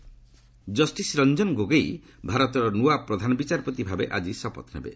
Gogoi justice Ranjan Gogoi ଭାରତର ନୂଆ ପ୍ରଧାନ ବିଚାରପତି ଭାବେ ଆକି ଶପଥ ନେବେ